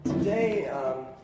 Today